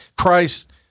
Christ